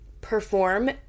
perform